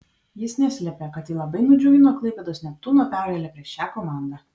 jis neslėpė kad jį labai nudžiugino klaipėdos neptūno pergalė prieš šią komandą